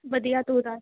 ਵਧੀਆ ਤੂੰ ਦੱਸ